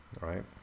Right